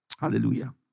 Hallelujah